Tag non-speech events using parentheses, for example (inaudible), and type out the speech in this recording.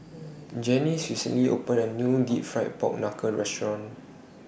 (noise) Janis recently opened A New Deep Fried Pork Knuckle Restaurant